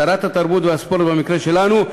שרת התרבות והספורט במקרה שלנו,